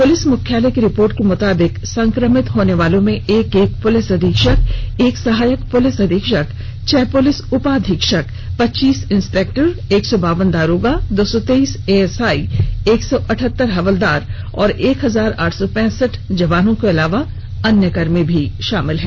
police मुख्यालय की report के मुताबिक संक्रमित होनेवालों में एक एक पुलिस अधीक्षक एक सहायक पुलिस अधीक्षक छह पुलिस उपाधीक्षक पच्चीस इंस्पेक्टर एक सौ बावन दारोग दो सौ तेईस एएसआई एक सौ अठहतर हवलदार और एक हजार आठ सौ पैंसठ जवानों के अलावा अन्य कर्मी शामिल हैं